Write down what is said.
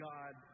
God